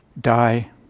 die